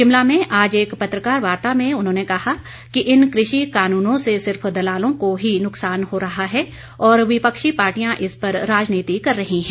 शिमला में आज एक पत्रकार वार्ता में उन्होंने कहा कि इन कृषि कानूनों से सिर्फ दलालों को ही नुकसान हो रहा है और विपक्षी पार्टियां इस पर राजनीति कर रही हैं